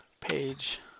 page